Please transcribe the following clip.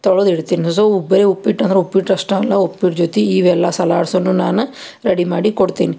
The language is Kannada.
ತೊಳ್ದು ಇಡ್ತೀನಿ ಸೊ ಬರೀ ಉಪ್ಪಿಟ್ಟು ಅಂದ್ರೆ ಉಪ್ಪಿಟ್ಟು ಅಷ್ಟೇ ಅಲ್ಲ ಉಪ್ಪಿಟ್ಟು ಜೊತೆ ಇವೆಲ್ಲ ಸಲಾಡ್ಸೂನು ನಾನು ರೆಡಿ ಮಾಡಿಕೊಡ್ತೀನಿ